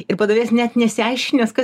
ir padavėjas net nesiaiškinęs kas